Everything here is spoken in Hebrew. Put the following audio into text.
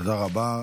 תודה רבה.